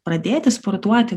pradėti sportuoti